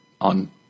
on